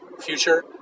future